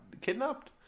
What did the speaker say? kidnapped